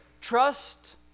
Trust